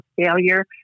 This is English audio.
failure